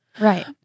right